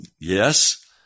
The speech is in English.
Yes